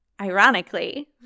Ironically